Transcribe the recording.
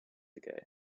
ago